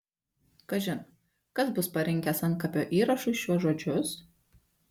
kažin kas bus parinkęs antkapio įrašui šiuos žodžius